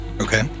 Okay